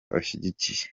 ashyigikiye